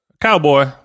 cowboy